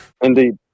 Indeed